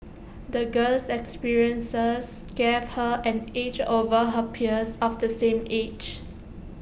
the girl's experiences gave her an edge over her peers of the same age